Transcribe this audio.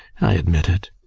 i admit it.